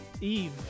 Eve